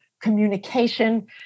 communication